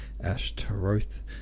Ashtaroth